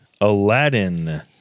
Aladdin